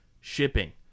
shipping